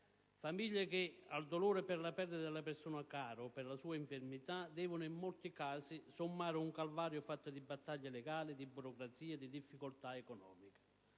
famiglie che al dolore per la perdita della persona cara o per la sua infermità debbono in molti casi sommare un calvario fatto di battaglie legali, burocrazie e difficoltà economiche.